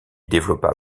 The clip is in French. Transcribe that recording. développa